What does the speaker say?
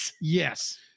Yes